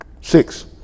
Six